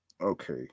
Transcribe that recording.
okay